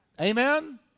Amen